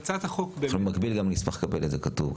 אנחנו במקביל גם נשמח לקבל את זה כתוב,